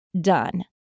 done